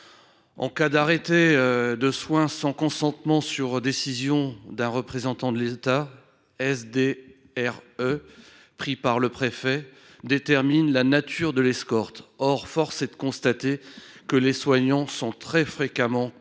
un arrêté de soins sans consentement sur décision d’un représentant de l’État (SDRE), le préfet détermine la nature de l’escorte et, force est de le constater, les soignants sont très fréquemment contraints